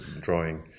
drawing